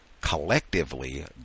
collectively